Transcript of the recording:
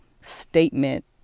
statement